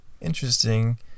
interesting